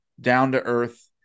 down-to-earth